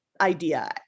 idea